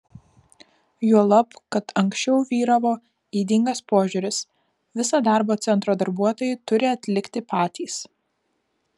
juolab kad anksčiau vyravo ydingas požiūris visą darbą centro darbuotojai turi atlikti patys